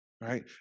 right